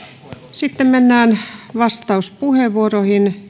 sitten mennään vastauspuheenvuoroihin